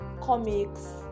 comics